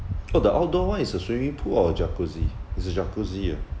oh the outdoor one is a swimming pool or a jacuzzi it's a jacuzzi ah